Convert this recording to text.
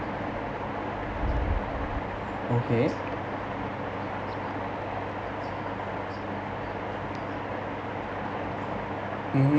okay mmhmm